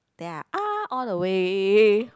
then i ah all the way